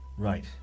Right